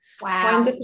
Wow